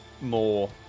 more